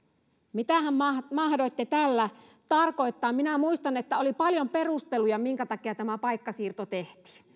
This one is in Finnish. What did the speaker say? mitähän mahdoitte tällä tarkoittaa minä muistan että oli paljon perusteluja minkä takia tämä paikkasiirto tehtiin